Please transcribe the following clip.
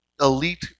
elite